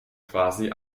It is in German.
quasi